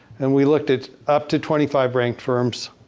and we looked at up to twenty five ranked firms.